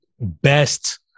best